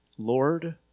Lord